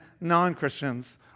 non-Christians